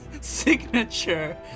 signature